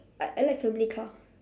I I like family car